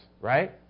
right